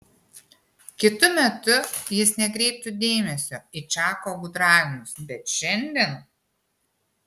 kitu metu jis nekreiptų dėmesio į čako gudravimus bet šiandien